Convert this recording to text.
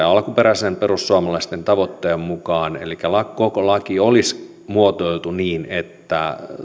alkuperäisen perussuomalaisten tavoitteen mukaan elikkä koko laki olisi muotoiltu niin että